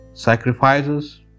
sacrifices